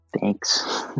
Thanks